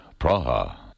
Praha